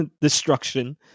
destruction